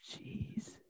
Jeez